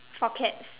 for cats